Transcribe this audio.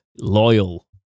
loyal